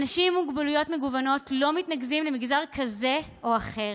אנשים עם מוגבלויות מגוונות לא מתנקזים למגזר כזה או אחר.